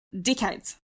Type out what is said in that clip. decades